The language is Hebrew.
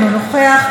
אינו נוכח,